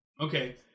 Okay